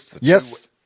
Yes